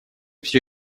все